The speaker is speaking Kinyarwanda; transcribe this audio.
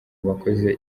abakoze